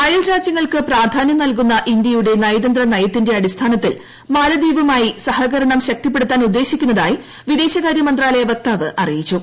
അയൽരാജ്യങ്ങൾക്ക് പ്രാധാന്യം നൽകുന്ന ഇന്ത്യയുടെ നയതന്ത്രനയത്തിന്റെ അടിസ്ഥാനത്തിൽ മാലദ്വീപുമായി സഹകരണം ശക്തിപ്പെടുത്താൻ ഉദ്ദേശിക്കുന്നതായി വിദേശകാര്യ മന്ത്രാലയ വക്താവ് അറിയിച്ചു